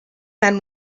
men